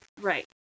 Right